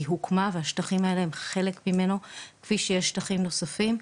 היא הוקמה והשטחים האלה הם חלק ממנו כפי שיש שטחים נוספים,